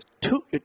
two